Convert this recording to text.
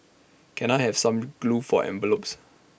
can I have some glue for envelopes